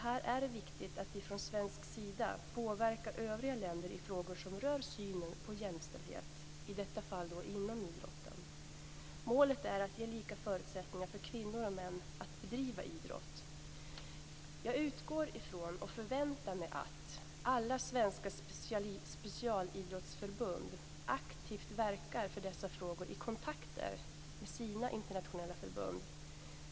Här är det viktigt att vi från svensk sida påverkar övriga länder i frågor som rör synen på jämställdhet - i detta fall inom idrotten. Målet är att ge lika förutsättningar för kvinnor och män att bedriva idrott. Jag utgår från och förväntar mig att alla svenska specialidrottsförbund aktivt verkar för dessa frågor i kontakter med sina internationella förbund.